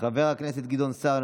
חבר הכנסת גדעון סער,